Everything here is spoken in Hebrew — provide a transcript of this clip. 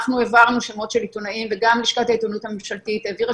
אנחנו העברנו שמות של עיתונאים וגם לשכת העיתונות הממשלתית העבירה